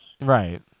Right